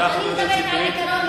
על-פי החוק ברשות המקומית,